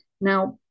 Now